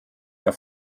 mehr